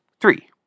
three